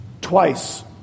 Twice